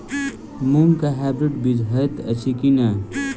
मूँग केँ हाइब्रिड बीज हएत अछि की नै?